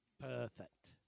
Perfect